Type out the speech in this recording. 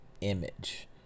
image